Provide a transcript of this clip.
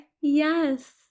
Yes